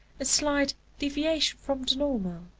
a slight deviation from the normal,